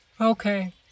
Okay